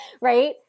right